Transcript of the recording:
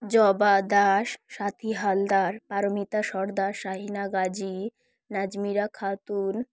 জবা দাস সাথী হালদার পারমিতা সর্দার শাহিনা গাজী নাজমিরা খাতুন